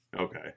Okay